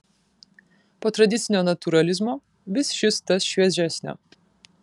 po tradicinio natūralizmo vis šis tas šviežesnio